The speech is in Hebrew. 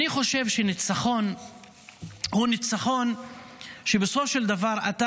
אני חושב שניצחון הוא ניצחון שבו בסופו של דבר אתה